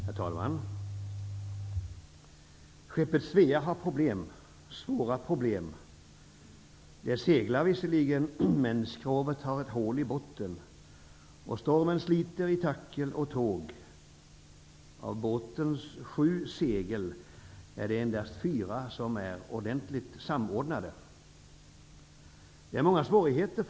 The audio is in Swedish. Herr talman! Skeppet Svea har problem, svåra problem. Det seglar visserligen, men skrovet har ett hål i botten. Stormen sliter i tackel och tåg. Av båtens sju segel är det endast fyra som är ordentligt samordnade. Skeppet har många svårigheter.